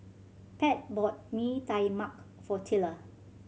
Pat bought Bee Tai Mak for Tilla